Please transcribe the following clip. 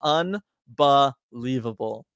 unbelievable